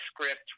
script